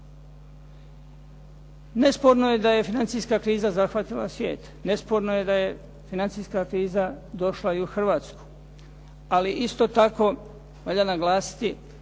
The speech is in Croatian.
Nesporno je da je financijska kriza zahvatila svijet, nesporno je da je financijska kriza došla i u Hrvatsku, ali isto tako valja naglasiti